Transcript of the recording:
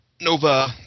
Nova